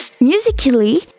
Musically